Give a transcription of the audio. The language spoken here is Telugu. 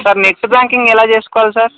సార్ నెట్ బ్యాంకింగ్ ఎలా చేసుకోవాలి సార్